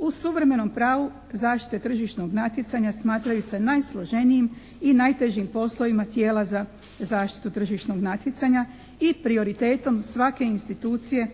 u suvremenom pravu zaštite tržišnog natjecanja smatraju se najsloženijim i najtežim poslovima tijela za zaštitu tržišnog natjecanja i prioritetom svake institucije